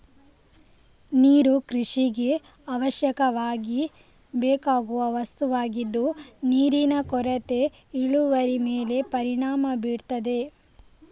ನೀರು ಕೃಷಿಗೆ ಅವಶ್ಯಕವಾಗಿ ಬೇಕಾಗುವ ವಸ್ತುವಾಗಿದ್ದು ನೀರಿನ ಕೊರತೆ ಇಳುವರಿ ಮೇಲೆ ಪರಿಣಾಮ ಬೀರ್ತದೆ